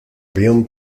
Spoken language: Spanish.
avión